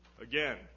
again